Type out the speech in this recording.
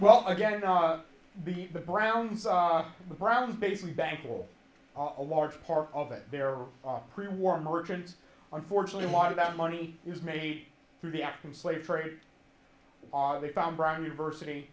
well again the browns the browns basically bankroll a large part of it there are pre war merchants unfortunately a lot of that money is made through the african slave trade are they found brown university